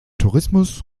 tourismus